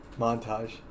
montage